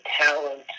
talent